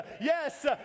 Yes